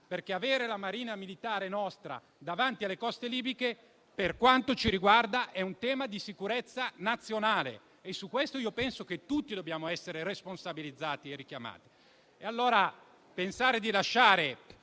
Avere la nostra Marina militare davanti alle coste libiche, per quanto ci riguarda, è un tema di sicurezza nazionale e su questo io penso che tutti dobbiamo essere responsabilizzati e richiamati.